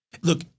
look